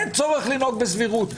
אין צורך לנהוג בסבירות.